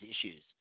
issues